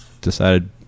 decided